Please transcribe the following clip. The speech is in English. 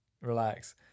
relax